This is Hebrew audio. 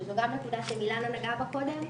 שזו גם נקודה שמילנה נגעה בה קודם,